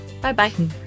Bye-bye